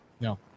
No